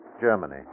Germany